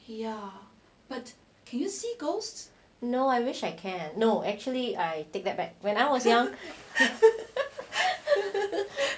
no I wish I can no actually I take that back when I was young